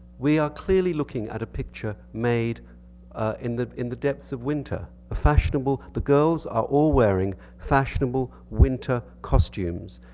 we are clearly looking at a picture made in the in the depths of winter. fashionable, the girls are all wearing fashionable winter costumes.